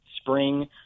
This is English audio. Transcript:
spring